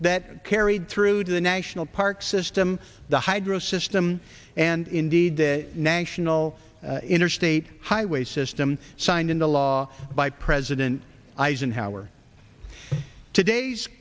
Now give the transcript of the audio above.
that carried through the national park system the hydro system and indeed the national interstate highway system signed into law by president eisenhower today's